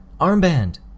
Armband